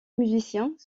musiciens